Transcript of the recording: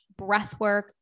breathwork